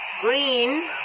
Green